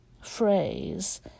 phrase